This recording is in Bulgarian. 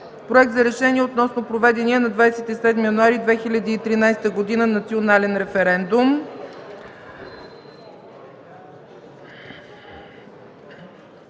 Проект за решение относно проведения на 27 януари 2013 г. национален референдум.